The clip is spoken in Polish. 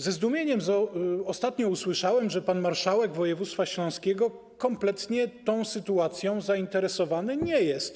Ze zdumieniem ostatnio usłyszałem, że pan marszałek województwa śląskiego kompletnie tą sytuacją zainteresowany nie jest.